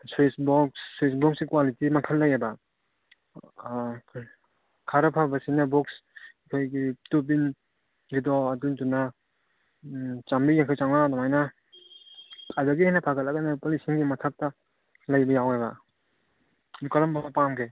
switch box ꯁ꯭ꯋꯤꯁꯕꯣꯛꯁꯁꯦ quality ꯃꯈꯜ ꯂꯩꯌꯦꯕ ꯈꯔ ꯐꯕꯁꯤꯅ ꯕꯣꯛꯁ ꯑꯩꯈꯣꯏꯒꯤ ꯇꯨꯄꯤꯟꯒꯤꯗꯣ ꯑꯗꯨꯒꯤꯗꯨꯅ ꯆꯥꯝꯔꯤꯌꯥꯡꯈꯩ ꯆꯥꯝꯉꯥ ꯑꯗꯨꯃꯥꯏꯅ ꯑꯗꯒꯤꯅ ꯍꯦꯟꯅ ꯐꯒꯠꯂꯒꯅ ꯂꯨꯄꯥ ꯂꯤꯁꯤꯡꯒꯤ ꯃꯊꯛꯇ ꯂꯩꯕ ꯌꯥꯎꯋꯦꯕ ꯀꯔꯝꯕ ꯄꯥꯝꯕꯒꯦ